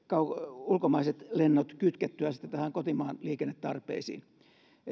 ulkomaiset lennot kytkettyä kotimaan liikennetarpeisiin